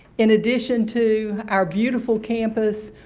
in addition to our beautiful campus,